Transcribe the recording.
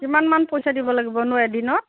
কিমান মান পইচা দিব লাগিবনো এদিনত